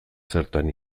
zertan